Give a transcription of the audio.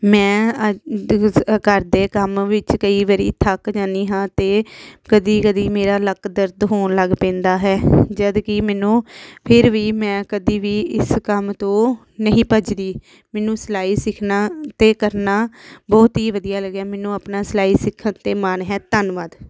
ਮੈਂ ਅ ਘਰ ਦੇ ਕੰਮ ਵਿੱਚ ਕਈ ਵਾਰੀ ਥੱਕ ਜਾਂਦੀ ਹਾਂ ਅਤੇ ਕਦੀ ਕਦੀ ਮੇਰਾ ਲੱਕ ਦਰਦ ਹੋਣ ਲੱਗ ਪੈਂਦਾ ਹੈ ਜਦੋਂ ਕਿ ਮੈਨੂੰ ਫਿਰ ਵੀ ਮੈਂ ਕਦੀ ਵੀ ਇਸ ਕੰਮ ਤੋਂ ਨਹੀਂ ਭੱਜਦੀ ਮੈਨੂੰ ਸਿਲਾਈ ਸਿੱਖਣਾ ਅਤੇ ਕਰਨਾ ਬਹੁਤ ਹੀ ਵਧੀਆ ਲੱਗਿਆ ਮੈਨੂੰ ਆਪਣਾ ਸਿਲਾਈ ਸਿੱਖਣ 'ਤੇ ਮਾਣ ਹੈ ਧੰਨਵਾਦ